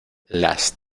las